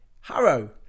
Harrow